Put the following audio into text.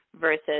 versus